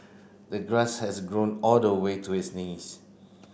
the grass has grown all the way to his knees